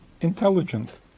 intelligent